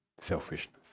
Selfishness